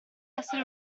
essere